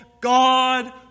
God